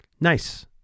Nice